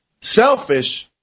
selfish